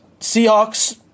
Seahawks